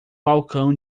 balcão